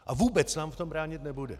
A vůbec nám v tom bránit nebude.